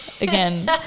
again